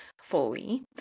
fully